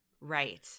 Right